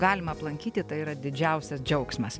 galima aplankyti tai yra didžiausias džiaugsmas